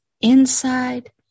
inside